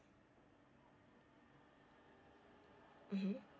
mmhmm